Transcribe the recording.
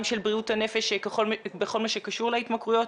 גם של בריאות הנפש בכל מה שקשור להתמכרויות